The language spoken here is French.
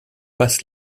passe